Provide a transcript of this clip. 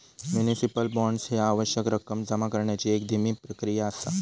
municipal bonds ह्या आवश्यक रक्कम जमा करण्याची एक धीमी प्रक्रिया असा